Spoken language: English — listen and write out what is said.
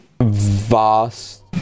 vast